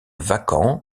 vacant